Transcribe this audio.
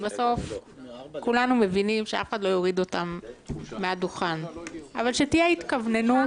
בסוף כולנו מבינים שאף אחד לא יוריד אותם מהדוכן אבל שתהיה התכווננות.